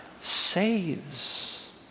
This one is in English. saves